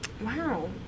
Wow